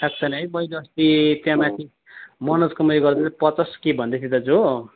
आएको छैन है मैले अस्ति त्यहाँ माथि मनोजकोमा उयो गर्दा चाहिँ पचास के भन्दैथ्यो दाजु हो